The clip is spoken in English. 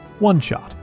OneShot